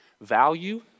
Value